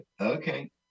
okay